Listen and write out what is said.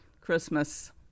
christmas